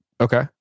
Okay